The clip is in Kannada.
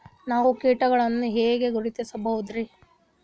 ನಾವು ಕೀಟಗಳನ್ನು ಹೆಂಗ ಗುರುತಿಸಬೋದರಿ?